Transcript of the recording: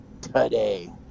today